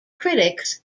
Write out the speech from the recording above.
critics